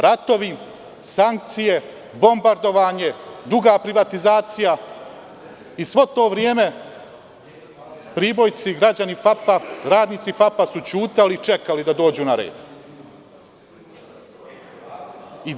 Ratovi, sankcije, bombardovanje, duga privatizacija i sve to vreme Pribojci, građani FAP, radnici FAP su ćutali i čekali da dođu na dnevni red.